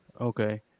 Okay